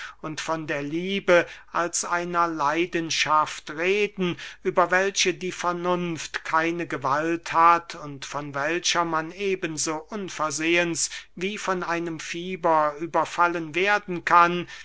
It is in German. von der liebe als einer leidenschaft reden über welche die vernunft keine gewalt hat und von welcher man eben so unversehens wie von einem fieber überfallen werden kann